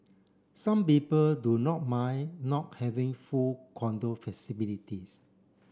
some people do not mind not having full condo facilities